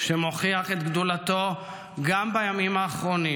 שמוכיח את גדולתו גם בימים האחרונים